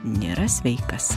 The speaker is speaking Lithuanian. nėra sveikas